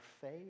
faith